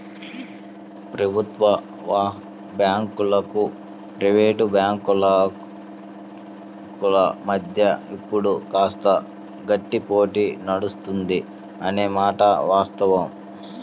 ప్రభుత్వ బ్యాంకులు ప్రైవేట్ బ్యాంకుల మధ్య ఇప్పుడు కాస్త గట్టి పోటీ నడుస్తుంది అనే మాట వాస్తవం